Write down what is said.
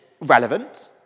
relevant